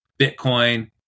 bitcoin